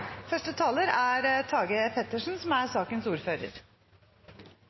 Første taler er representanten Åsunn Lyngedal, som er sakens ordfører.